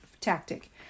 tactic